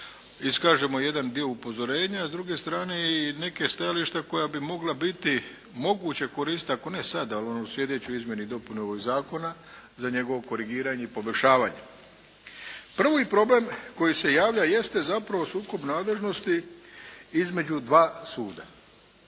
iskažemo jedan dio upozorenja, a s druge strane i neka stajališta koja bi mogla biti moguće koristi ako ne sada a ono u sljedećoj izmjeni i dopuni ovog zakona za njegovo korigiranje i poboljšavanje. Prvi je problem koji se javlja jeste zapravo sukob nadležnosti između dva suda.